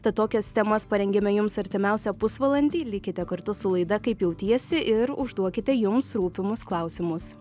tad tokias temas parengėme jums artimiausią pusvalandį likite kartu su laida kaip jautiesi ir užduokite jums rūpimus klausimus